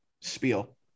spiel